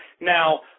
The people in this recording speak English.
now